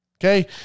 okay